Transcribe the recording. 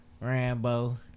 Rambo